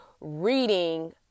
reading